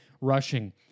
rushing